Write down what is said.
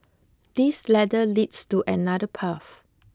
this ladder leads to another path